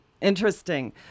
Interesting